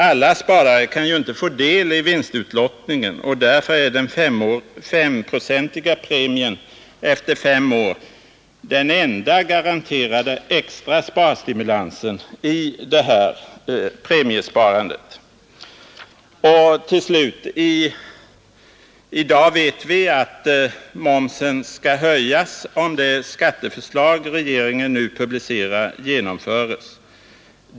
Alla sparare kan ju inte få del av vinstutlottningen, och därför är den femprocentiga premien efter fem år den enda garanterade extra sparstimulansen i det här premiesparandet. Till slut: I dag vet vi att momsen skall höjas, om det skatteförslag regeringen nu publicerat genomförs.